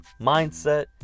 mindset